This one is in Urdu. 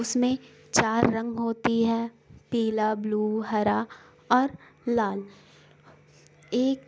اس میں چار رنگ ہوتی ہے پیلا بلو ہرا اور لال ایک